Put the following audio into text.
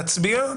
נצביע,